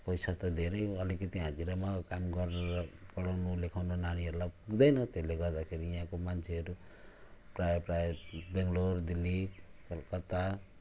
पैसा त धेरै अलिकति हाजिरामा काम गरेर पढाउनु लेखाउनु नानीहरूलाई हुँदैन त्यसले गर्दा यहाँको मान्छेहरू प्रायः प्रायः बेङ्लोर दिल्ली कलकत्ता